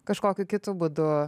kažkokiu kitu būdu